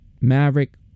Maverick